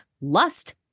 Lust